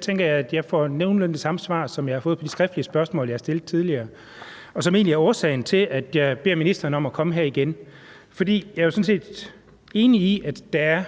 tænker alligevel, at jeg fik nogenlunde det samme svar, som jeg har fået på de skriftlige spørgsmål, jeg har stillet tidligere, og som egentlig er årsagen til, at jeg beder ministeren om at komme her igen. Jeg er sådan set enig i, at der er